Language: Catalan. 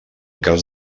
cas